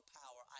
power